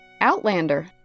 Outlander